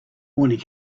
morning